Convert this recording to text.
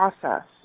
process